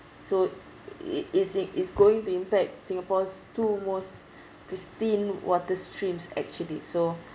so it is it it's going to impact singapore's two most pristine water streams actually so